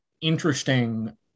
interesting